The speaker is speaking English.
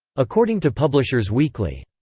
according to publishers weekly.